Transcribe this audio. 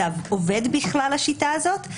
זה עובד בכלל השיטה הזאת?